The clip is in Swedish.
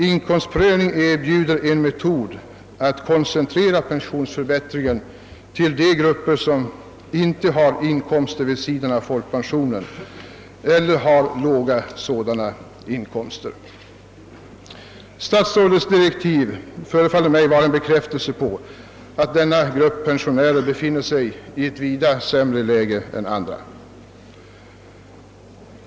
Inkomstprövning erbjuder en metod att koncentrera pensionsförbättringar till grupper som inte har inkomster vid sidan av folkpensionen eller har låga sådana inkomster.» Statsrådets direktiv förefaller mig vara en bekräftelse på att denna grupp pensionärer befinner sig i ett vida sämre läge än andra.